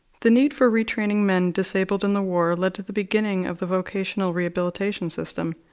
the need for retraining men disabled in the war led to the beginning of the vocational rehabilitation system.